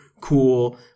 cool